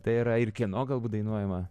tai yra ir kieno galbūt dainuojama